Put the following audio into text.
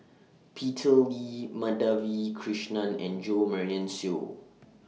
Peter Lee Madhavi Krishnan and Jo Marion Seow